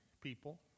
people